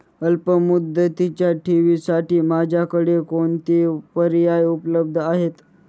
अल्पमुदतीच्या ठेवींसाठी माझ्याकडे कोणते पर्याय उपलब्ध आहेत?